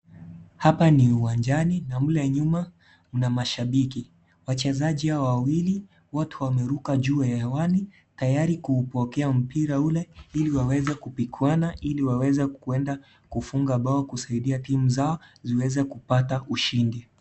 Hapa ni uwanjani na mle nyuma kuna mashabiki. Wachezaji hawa wawili wote wameruka juu hewani tayari kuupokea mpira ule ili waweze kupikwana ili waweza kwenda kufunga mbao kusaidia timu zao ziweze kupata ushindi.